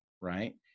right